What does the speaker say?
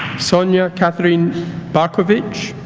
sonya katharine barkovic